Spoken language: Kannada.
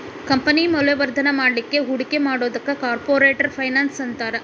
ಕಂಪನಿ ಮೌಲ್ಯವರ್ಧನ ಮಾಡ್ಲಿಕ್ಕೆ ಹೂಡಿಕಿ ಮಾಡೊದಕ್ಕ ಕಾರ್ಪೊರೆಟ್ ಫೈನಾನ್ಸ್ ಅಂತಾರ